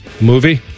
movie